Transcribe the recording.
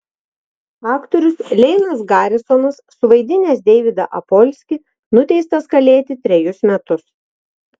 aktorius leinas garisonas suvaidinęs deividą apolskį nuteistas kalėti trejus metus